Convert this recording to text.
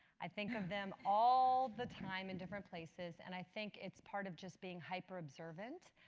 i think of them all the time in different places, and i think it's part of just being hyper-observant.